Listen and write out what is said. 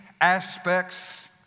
aspects